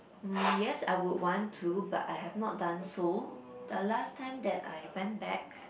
mm yes I would want to but I have not done so the last time that I went back